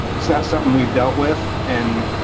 it's not something we've dealt with in.